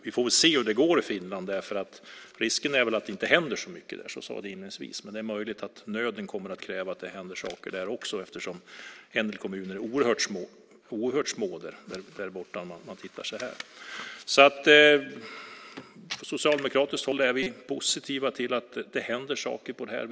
Vi får väl se hur det går i Finland, för risken är att det inte händer så mycket där, som sades inledningsvis, men det är möjligt att nöden kommer att kräva att det händer saker där också eftersom en del kommuner är oerhört små. Från socialdemokratiskt håll är vi positiva till att det händer saker när det gäller detta.